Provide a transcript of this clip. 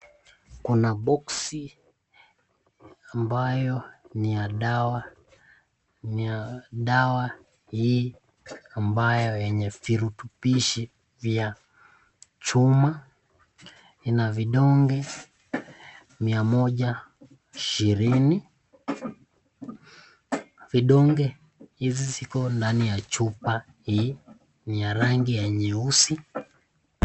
Kuna boksi ambayo ni ya dawa, ni ya dawa hii ambayo yenye virutubishi vya chuma. Ina vidonge 120,vidonge hizi ziko ndani ya chupa hii, ni ya rangi ya nyeusi.